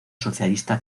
socialista